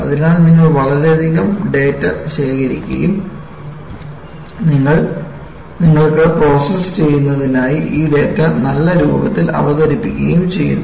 അതിനാൽ നിങ്ങൾ വളരെയധികം ഡാറ്റ ശേഖരിക്കുകയും നിങ്ങൾക്ക് പ്രോസസ്സ് ചെയ്യുന്നതിനായി ഈ ഡാറ്റ നല്ല രൂപത്തിൽ അവതരിപ്പിക്കുകയും ചെയ്യുന്നു